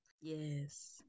Yes